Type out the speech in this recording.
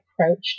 approached